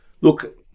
look